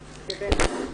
מינית,